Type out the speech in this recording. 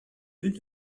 vue